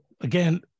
again